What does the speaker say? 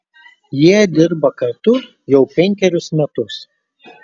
jie dirba kartu jau penkerius metus